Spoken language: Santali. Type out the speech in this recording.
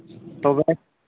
ᱛᱚᱵᱮ